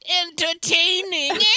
entertaining